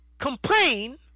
complain